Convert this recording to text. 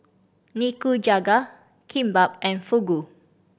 Nikujaga Kimbap and Fugu